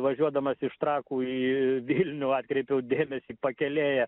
važiuodamas iš trakų į vilnių atkreipiau dėmesį pakelėje